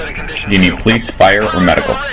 do you need police, fire, or medical?